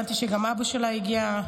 הבנתי שגם אבא שלה הגיע.